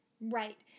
Right